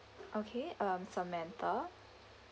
okay um samantha